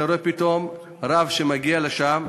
פתאום אתה רואה רב שמגיע לשם,